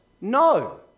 No